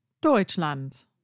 Deutschland